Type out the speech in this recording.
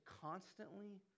constantly